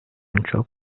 çok